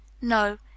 no